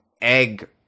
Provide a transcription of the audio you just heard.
egg